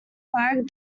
flag